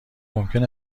ممکن